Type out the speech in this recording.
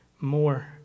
more